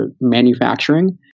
manufacturing